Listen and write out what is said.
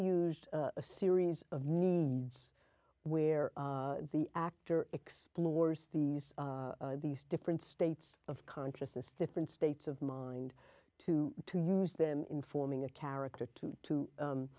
used a series of needs where the actor explores these these different states of consciousness different states of mind to to use them in forming a character to two